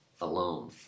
alone